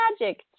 magic